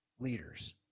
leaders